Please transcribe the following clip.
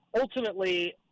ultimately –